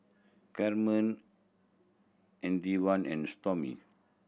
Kamron Antwain and Stormy